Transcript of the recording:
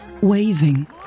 waving